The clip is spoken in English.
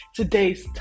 today's